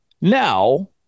now